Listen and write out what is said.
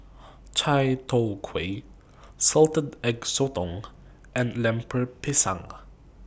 Chai Tow Kway Salted Egg Sotong and Lemper Pisang